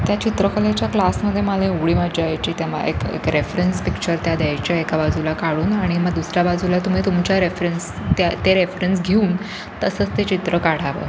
त्या चित्रकलेच्या क्लासमध्ये मला एवढी मजा यायची त्यामा एक एक रेफरन्स पिक्चर त्या द्यायच्या एका बाजूला काढून आणि मग दुसऱ्या बाजूला तुम्ही तुमच्या रेफरन्स त्या ते रेफरन्स घेऊन तसंच ते चित्र काढावं